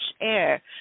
air